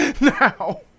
now